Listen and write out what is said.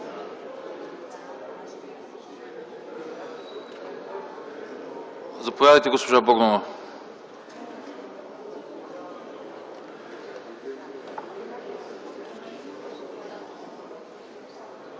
Заповядайте, госпожо Богданова.